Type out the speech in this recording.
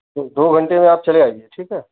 दो घंटे में आप चले आइए ठीक है